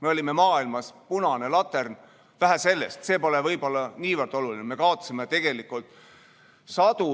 Me olime maailmas punane latern. Vähe sellest, see pole võib-olla niivõrd oluline. Aga me kaotasime sadu